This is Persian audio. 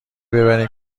ببریم